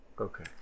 Okay